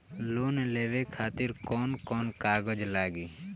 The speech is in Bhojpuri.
लोन लेवे खातिर कौन कौन कागज लागी?